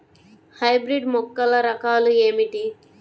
Hybrid మొక్కల రకాలు ఏమిటి?